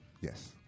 Yes